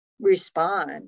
respond